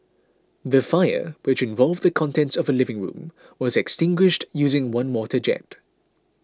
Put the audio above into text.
the fire which involved the contents of a living room was extinguished using one water jet